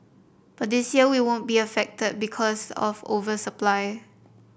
but this year we won't be affected because of over supply